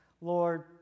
Lord